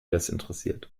desinteressiert